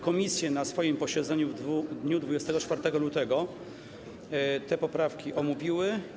Komisje na swoim posiedzeniu w dniu 24 lutego te poprawki omówiły.